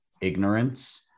ignorance